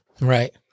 Right